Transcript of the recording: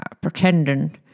pretending